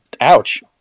Ouch